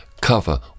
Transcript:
Cover